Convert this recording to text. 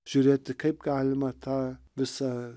žiūrėti kaip galima tą visą